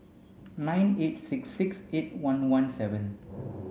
nine eight six six eight one one seven